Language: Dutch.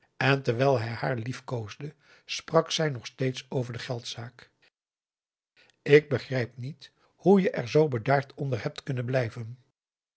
en terwijl hij haar liefkoosde sprak zij nog steeds over de geldzaak ik begrijp niet hoe je er zoo bedaard onder hebt kunnen blijven